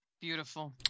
Beautiful